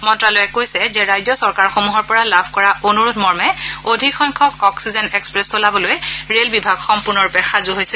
মন্ত্যালয়ে কৈছে যে ৰাজ্য চৰকাৰসমূহৰ পৰা লাভ কৰা অনুৰোধ মৰ্মে অধিক সংখ্যক অক্সিজেন এক্সপ্ৰেছ চলাবলৈ ৰেল বিভাগ সম্পূৰ্ণৰূপে সাজু আছে